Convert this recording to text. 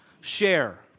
share